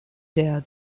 der